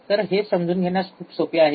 तर हे समजून घेण्यास खूप सोपे आहे